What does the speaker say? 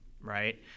right